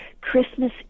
Christmas